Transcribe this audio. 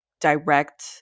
direct